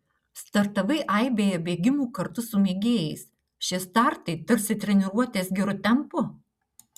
startavai aibėje bėgimų kartu su mėgėjais šie startai tarsi treniruotės geru tempu